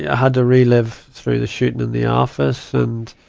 yeah had to relive through the shooting in the office. and,